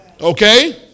Okay